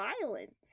violence